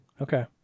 Okay